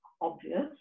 obvious